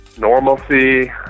Normalcy